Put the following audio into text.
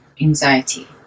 anxiety